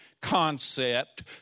concept